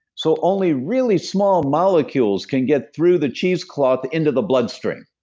so only really small molecules can get through the cheese cloth into the bloodstream.